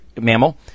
mammal